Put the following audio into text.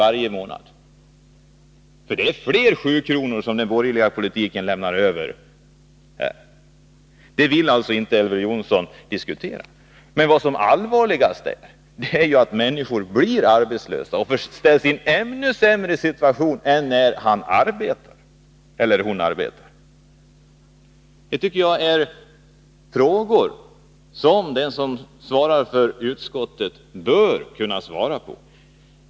Den borgerliga politiken presenterar nämligen fler 7-kronor. Detta vill alltså inte Elver Jonsson diskutera. Men det allvarligaste är att människor blir arbetslösa och försätts i en ännu sämre situation än när de arbetar. Det tycker jag är frågor som utskottets talesman bör kunna svara på.